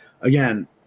again